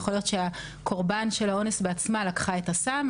יכול להיות שהקורבן של האונס בעצמה לקחה את הסם.